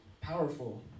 powerful